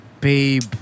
babe